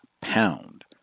pound